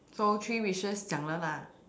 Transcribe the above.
so three wishes 讲了：jiang le lah